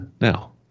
Now